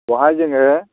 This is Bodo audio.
बहाय जोङो